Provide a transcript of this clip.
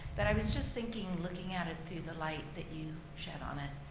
but i was just thinking looking at it through the light that you shed on it